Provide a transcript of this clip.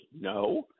no—